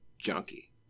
junkie